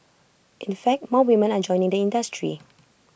in fact more women are joining the industry